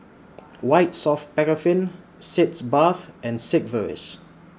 White Soft Paraffin Sitz Bath and Sigvaris